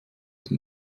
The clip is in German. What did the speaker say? den